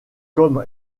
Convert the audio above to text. comme